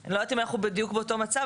אני לא יודעת אם אנחנו בדיוק באותו מצב,